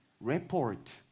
report